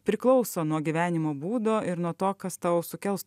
priklauso nuo gyvenimo būdo ir nuo to kas tau sukels